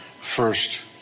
First